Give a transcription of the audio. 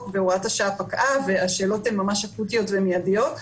והוראת השעה פקעה והשאלות הן ממש אקוטיות ומידיות.